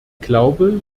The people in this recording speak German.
glaube